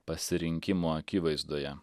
pasirinkimo akivaizdoje